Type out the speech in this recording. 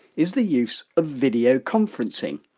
is the use of video conferencing.